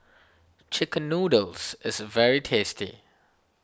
Chicken Noodles is very tasty